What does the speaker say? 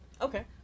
Okay